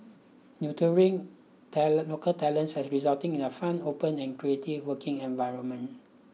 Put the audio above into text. neutering talent local talents has resulted in a fun open and creative working environment